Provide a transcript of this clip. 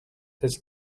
his